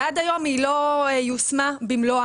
ועד היום היא לא יושמה במלואה.